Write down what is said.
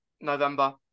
November